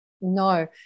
No